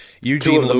Eugene